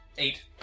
Eight